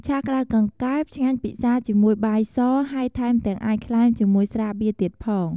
ឆាក្ដៅកង្កែប ឆ្ងាញ់ពិសាជាមួយបាយស ហើយថែមទាំងអាចក្លែមជាមួយស្រាបៀរទៀតផង។